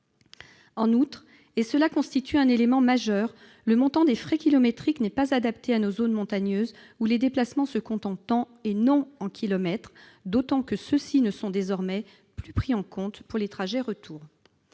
lieu, et cela constitue un élément majeur, le montant des frais kilométriques n'est pas adapté à nos zones montagneuses où les déplacements se comptent en temps et non en kilomètres, d'autant que ceux-ci ne sont désormais plus pris en compte pour les trajets retours.